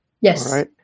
Yes